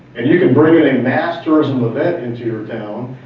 and you can bring in a mass series of events into your town,